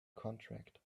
contract